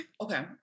Okay